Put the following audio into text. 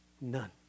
None